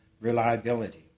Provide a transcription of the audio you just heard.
reliability